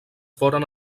foren